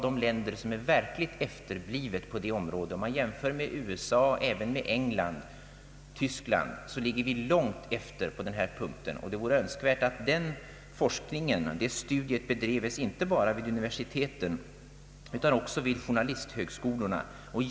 Om man jämför med USA, England och Tyskland så ligger Sverige långt efter i detta avseende. Det vore önskvärt att sådan forskning bedrevs inte bara vid universiteten utan också vid journalisthögskolorna.